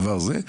עבר זה,